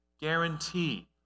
Guarantee